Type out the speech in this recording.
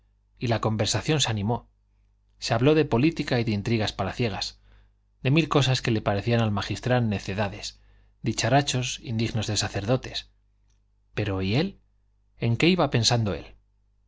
y la conversación se animó se habló de política y de intrigas palaciegas de mil cosas que le parecían al magistral necedades dicharachos indignos de sacerdotes pero y él en qué iba pensando él